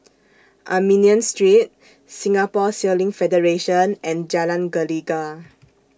Armenian Street Singapore Sailing Federation and Jalan Gelegar